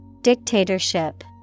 Dictatorship